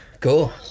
Cool